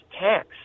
tax